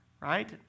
Right